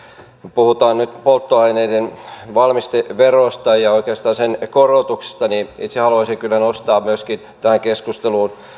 puhutaan nyt polttoaineiden valmisteverosta ja oikeastaan sen korotuksista niin itse haluaisin kyllä nostaa myöskin tähän keskusteluun